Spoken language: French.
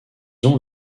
ont